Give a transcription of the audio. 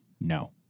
no